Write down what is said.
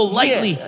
lightly